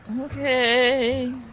okay